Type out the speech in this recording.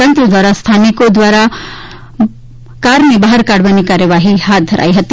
તંત્ર દ્વારા સ્થાનિકો દ્વારા બહાર કાઢવાની કાર્યવાહી હાથ ધરાઈ છે